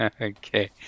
Okay